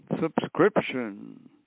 subscription